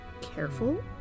careful